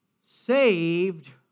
Saved